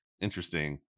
interesting